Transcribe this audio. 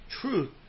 truth